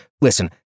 Listen